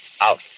out